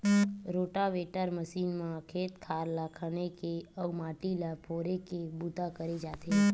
rotavator machine म खेत खार ल खने के अउ माटी ल फोरे के बूता करे जाथे